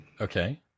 Okay